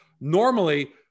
Normally